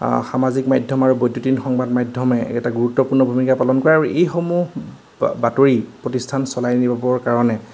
আ সামাজিক মাধ্যম আৰু বৈদ্যুতিন সংবাদ মাধ্যমে এটা গুৰুত্বপূৰ্ণ ভূমিকা পালন কৰে আৰু এইসমূহ বাতৰি প্ৰতিষ্ঠান চলাই নিবৰ কাৰণে